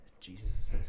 Jesus